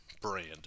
brand